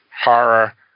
horror